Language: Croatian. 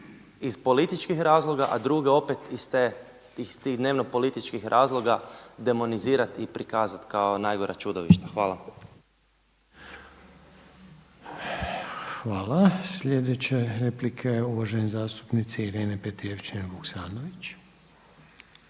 iz političkih razloga, a druge opet iz tih dnevno političkih razloga demonizirati i prikazati kao najgora čudovišta. Hvala. **Reiner, Željko (HDZ)** Hvala. Sljedeća replika je uvažene zastupnice Irene Petrijevčanin Vuksanović.